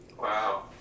Wow